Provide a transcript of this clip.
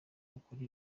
yakora